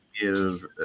give